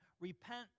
repent